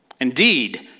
Indeed